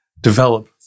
develop